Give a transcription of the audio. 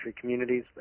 communities